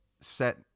set